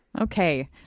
Okay